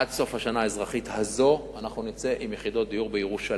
עד סוף השנה האזרחית הזאת אנחנו נצא עם יחידות דיור בירושלים.